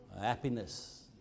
happiness